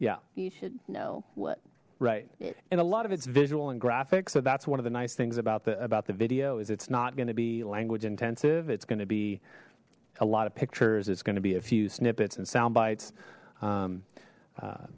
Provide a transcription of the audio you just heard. yeah you should know what right and a lot of it's visual and graphic so that's one of the nice things about the about the video is it's not going to be language intensive it's going to be a lot of pictures it's going to be a few snippets and sound bites